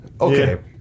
Okay